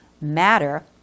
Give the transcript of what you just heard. matter